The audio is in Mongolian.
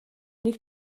нэг